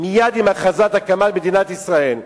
מייד עם הכרזת הקמת מדינת ישראל,